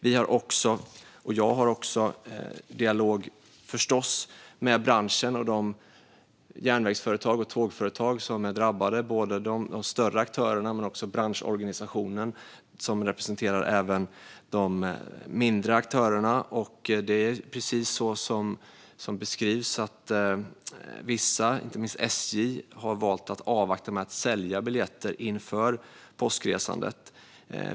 Jag har förstås också en dialog med branschen och de järnvägsföretag och tågföretag som är drabbade, både de större aktörerna och den branschorganisation som representerar de mindre aktörerna. Precis som beskrivs har vissa, inte minst SJ, valt att avvakta med att sälja biljetter inför påskresandet.